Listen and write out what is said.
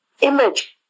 image